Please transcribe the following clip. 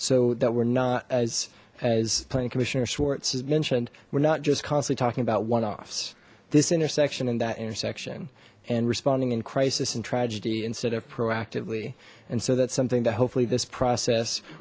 so that we're not as as planning commissioner schwartz is mentioned we're not just constantly talking about one offs this intersection in that intersection and responding in crisis and tragedy instead of proactively and so that's something that hopefully this process